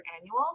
annual